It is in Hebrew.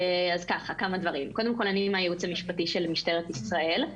אני עדי טל מהייעוץ המשפטי של משטרת ישראל.